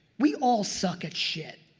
we all suck at shit.